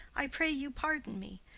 i pray you pardon me'!